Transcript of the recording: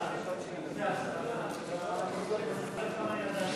ההסתייגויות לסעיף 23,